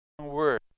word